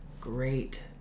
great